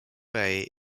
bay